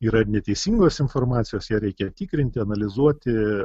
yra ir neteisingos informacijos ją reikia tikrinti analizuoti